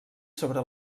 sobre